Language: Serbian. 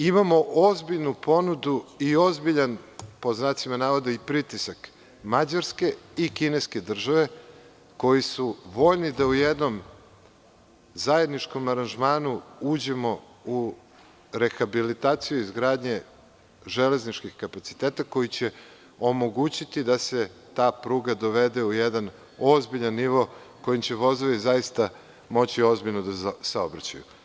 Imamo ozbiljnu ponudu i ozbiljan, pod znacima navoda, pritisak Mađarske i kineske države, koji su voljni da u jednom zajedničkom aranžmanu uđemo u rehabilitacijuizgradnje železničkih kapaciteta koji će omogućiti da se ta pruga dovede u jedan ozbiljan nivo kojim će vozovi zaista moći ozbiljno da saobraćaju.